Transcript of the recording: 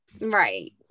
right